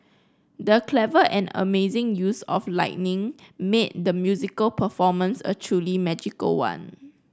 the clever and amazing use of lighting made the musical performance a truly magical one